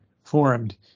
formed